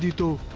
to